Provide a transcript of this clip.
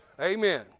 Amen